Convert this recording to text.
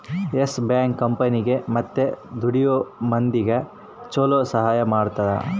S bank ಕಂಪನಿಗೇ ಮತ್ತ ದುಡಿಯೋ ಮಂದಿಗ ಚೊಲೊ ಸಹಾಯ ಮಾಡುತ್ತ